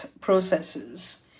processes